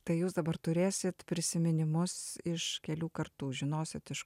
tai jūs dabar turėsit prisiminimus iš kelių kartų žinosit iš